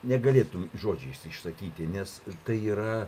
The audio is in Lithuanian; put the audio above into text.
negalėtum žodžiais išsakyti nes tai yra